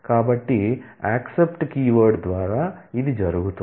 కాబట్టి accept keyword ద్వారా జరుగుతుంది